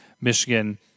Michigan